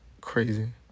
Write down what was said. Crazy